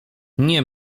nie